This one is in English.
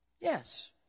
Yes